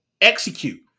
execute